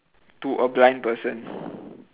to a blind person